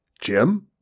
Jim